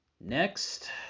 next